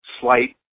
slight